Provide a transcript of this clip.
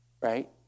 right